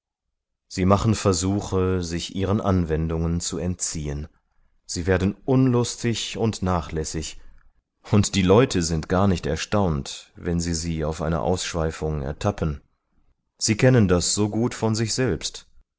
sie machen versuche sich ihren anwendungen zu entziehen sie werden unlustig und nachlässig und die leute sind gar nicht erstaunt wenn sie sie auf einer ausschweifung ertappen sie kennen das so gut von sich selbst